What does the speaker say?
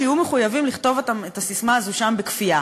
שיהיו מחויבים לכתוב את הססמה הזאת שם בכפייה.